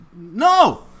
No